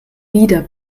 wieder